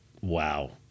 wow